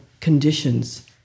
conditions